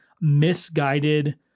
misguided